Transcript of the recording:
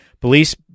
Police